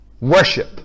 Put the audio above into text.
worship